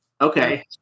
Okay